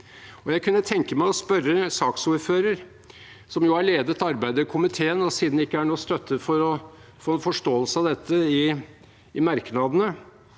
Jeg kunne tenke meg å spørre saksordføreren, som jo har ledet arbeidet i komiteen, siden det ikke er noe støtte for å få en forståelse av dette i merknadene: